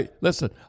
Listen